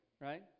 right